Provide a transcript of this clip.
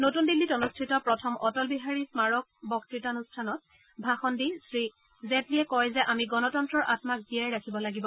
নতুন দিল্লীত অনুষ্ঠিত প্ৰথম অটল বিহাৰী স্নাৰক বক্তৃতা অনুষ্ঠানত ভাষণ দি শ্ৰী জেটলীয়ে কয় যে আমি গণতন্তৰ আম্মা জীয়াই ৰাখিব লাগিব